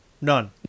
None